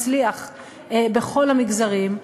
מצליח בכל המגזרים,